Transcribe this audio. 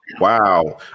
Wow